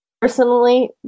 personally